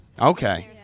Okay